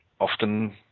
often